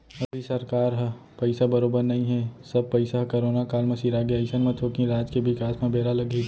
अभी सरकार ह पइसा बरोबर नइ हे सब पइसा ह करोना काल म सिरागे अइसन म थोकिन राज के बिकास म बेरा लगही